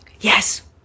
yes